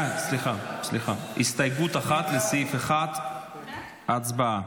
ההסתייגות לסעיף 1 לא נתקבלה.